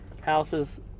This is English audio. houses